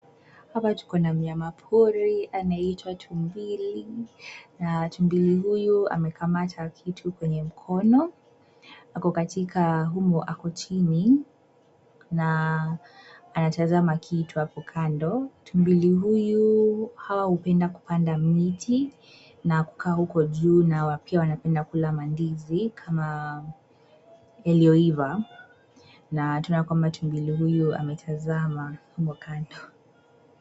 Hapa tuko na mnyama pori anayeitwa tumbili, na tumbili huyu amekamata kitu kwenye mkono, ako katika humu ako chini, na, anatazama kitu hapo kando, tumbili huyu hawa hupenda kupanda miti, na kukaa huko juu na pia wanapenda kula mandizi kama, yaliyoiva, na tunaona ya kwamba tumbili huyu ametazama humo kando.